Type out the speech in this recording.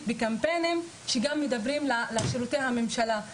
בקמפיינים שגם מדברים לשירותי הממשלה.